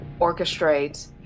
orchestrate